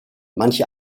manche